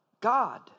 God